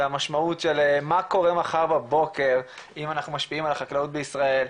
והמשמעות של מה קורה מחר בבוקר אם אנחנו משפיעים על החקלאות בישראל.